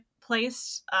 place